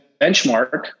benchmark